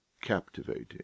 captivating